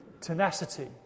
Tenacity